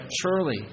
surely